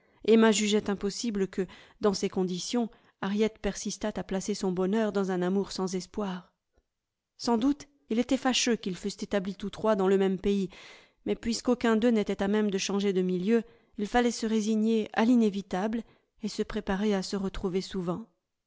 emma jugeait impossible que dans ces conditions harriet persistât à placer son bonheur dans un amour sans espoir sans doute il était fâcheux qu'ils fussent établis tous trois dans le même pays mais puisqu'aucun d'eux n'était à même de changer de milieu il fallait se résigner à l'inévitable et se préparer à se retrouver souvent